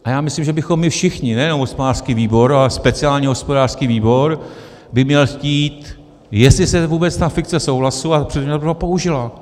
A já myslím, že bychom my všichni, nejenom hospodářský výbor, ale speciálně hospodářský výbor by měl chtít, jestli se vůbec ta fikce souhlasu a předběžná držba použila?